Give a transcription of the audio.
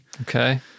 Okay